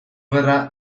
gerra